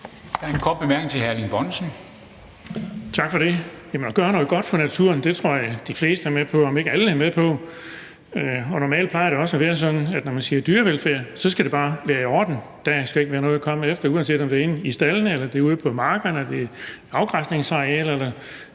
hr. Erling Bonnesen. Kl. 16:15 Erling Bonnesen (V): Tak for det. At gøre noget godt for naturen tror jeg de fleste er med på, om ikke alle er med på, og normalt plejer det også at være sådan, at når man siger dyrevelfærd, skal det bare være i orden. Der skal ikke være noget at komme efter, uanset om det er inde i staldene eller det er ude på markerne eller det er afgræsningsarealer